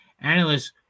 Analysts